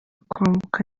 kwambuka